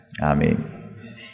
Amen